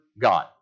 God